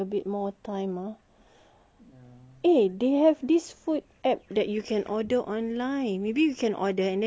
eh they have this food app that you can order online maybe you can order and then we just sit down and then they will send us the food